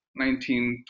1920